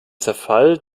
zerfall